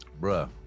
Bruh